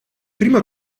primo